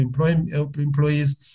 employees